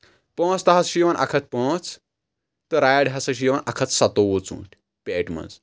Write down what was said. پانٛژھ تاہہ حظ چھُ یِوان اکھ ہتھ پانٛژھ تہٕ راڈِ ہسا چھُ یِوان اکھ ہتھ ستووُہ ژوٗنٛٹھۍ پیٹہِ منٛز